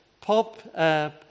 pop